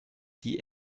die